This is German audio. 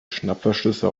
schnappverschlüsse